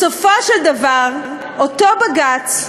בסופו של דבר, אותו בג"ץ,